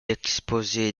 exposé